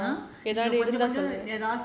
!huh!